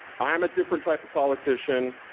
i'm a different type of politician,